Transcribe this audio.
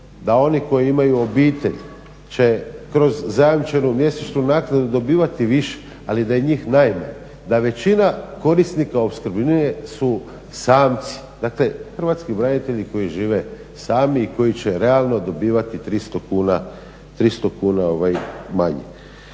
da oni koji imaju obitelj će kroz zajamčenu mjesečnu naknadu dobivati više, ali da je njih najmanje, da većina korisnika opskrbnine su samci. Dakle, hrvatski branitelji koji žive sami, koji će realno dobivati 300 kuna manje.